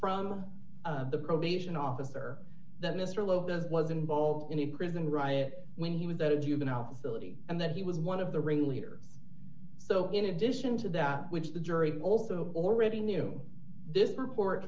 from the probation officer that mr lopez was involved in the prison riot when he was that a juvenile facility and that he was one of the ringleader so in addition to that which the jury also already knew this report